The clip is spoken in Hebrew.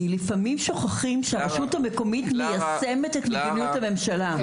כי לפעמים שוכחים שהרשות המקומית מיישמת את מדיניות הממשלה.